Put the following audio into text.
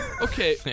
Okay